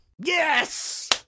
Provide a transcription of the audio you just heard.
Yes